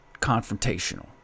confrontational